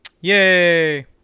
Yay